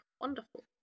Wonderful